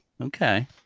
okay